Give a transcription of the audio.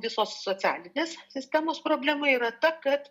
visos socialinės sistemos problema yra ta kad